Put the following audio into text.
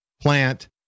plant